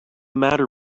matter